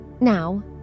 Now